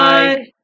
Bye